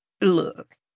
Look